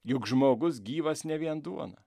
juk žmogus gyvas ne vien duona